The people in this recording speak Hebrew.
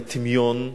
לטמיון,